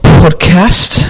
podcast